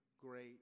great